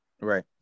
Right